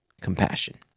compassion